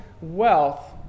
wealth